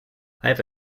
have